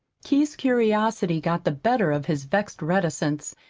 keith's curiosity got the better of his vexed reticence,